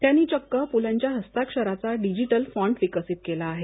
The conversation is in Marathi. त्यांनी चक्क प्लंच्या हस्ताक्षरचा डिजीतल फ़ॉन्ट विकसित केला आहे